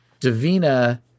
Davina